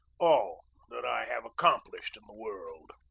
all that i have accomplished in the world.